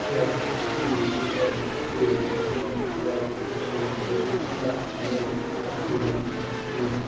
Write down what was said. کیٛاہ P M K V Y systems منٛز چھا میانہِ تفصیٖلَن منٛز